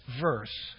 verse